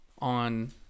on